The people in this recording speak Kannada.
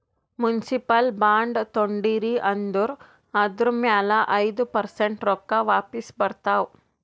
ಮುನ್ಸಿಪಲ್ ಬಾಂಡ್ ತೊಂಡಿರಿ ಅಂದುರ್ ಅದುರ್ ಮ್ಯಾಲ ಐಯ್ದ ಪರ್ಸೆಂಟ್ ರೊಕ್ಕಾ ವಾಪಿಸ್ ಬರ್ತಾವ್